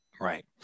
Right